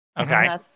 Okay